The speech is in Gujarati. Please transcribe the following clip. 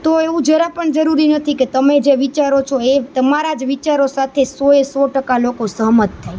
તો એવું જરાક પણ જરૂરી નથી કે તમે જે વિચારો છો એ તમારા જ વિચારો સાથે સોએ સો ટકા લોકો સહમત થાય